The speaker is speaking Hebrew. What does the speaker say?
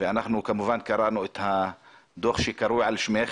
ואנחנו כמובן קראנו את הדוח שקרוי על שמך.